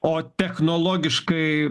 o technologiškai